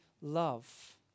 love